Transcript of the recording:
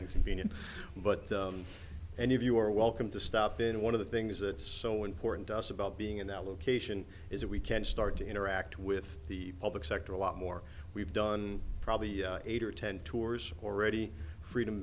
inconvenient but any of you are welcome to stop in one of the things it's so important to us about being in that location is that we can start to interact with the public sector a lot more we've done probably eight or ten tours already freedom